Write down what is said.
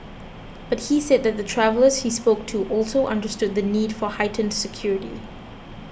but he said that the travellers he spoke to also understood the need for heightened security